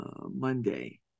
Monday